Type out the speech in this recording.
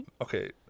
Okay